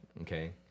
Okay